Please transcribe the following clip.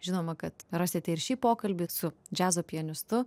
žinoma kad rasite ir šį pokalbį su džiazo pianistu